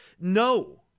No